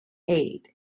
aid